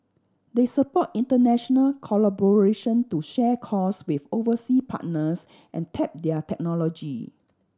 they support international collaboration to share costs with oversea partners and tap their technology